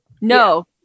No